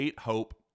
Hope